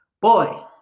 boy